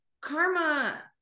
karma